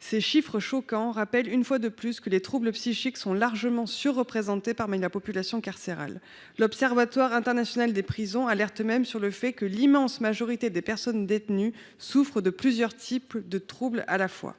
Ces chiffres choquants rappellent, une fois de plus, que les troubles psychiques sont largement surreprésentés au sein de la population carcérale. L’Observatoire international des prisons alerte même sur le fait que l’immense majorité des personnes détenues souffrent de plusieurs types de trouble à la fois.